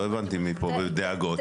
לא הבנתי מי פה בדאגות.